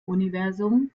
universum